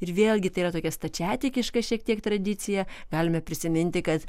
ir vėlgi tai yra tokia stačiatikiška šiek tiek tradicija galime prisiminti kad